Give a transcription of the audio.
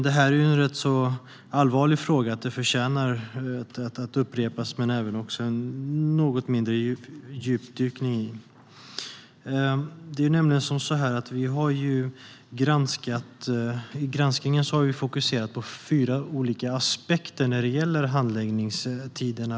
Detta är en allvarlig fråga som förtjänar att upprepas, och jag tänkte göra en liten djupdykning i den. Vi har i vår granskning fokuserat på fyra olika aspekter vad gäller handläggningstiderna.